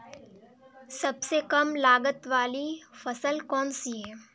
सबसे कम लागत वाली फसल कौन सी है?